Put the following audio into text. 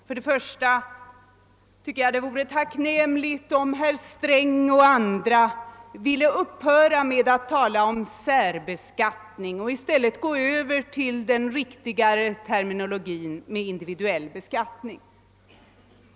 Jag vill först säga att det vore tacknämligt om herr Sträng och andra ville upphöra att tala om särbeskattning och i stället använda den riktigare termen individuell beskattning.